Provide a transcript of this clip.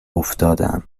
افتادم